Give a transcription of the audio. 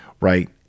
right